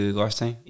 gostem